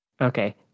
Okay